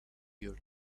your